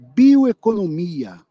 bioeconomia